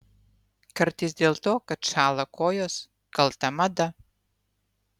kartais dėl to kad šąla kojos kalta mada